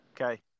Okay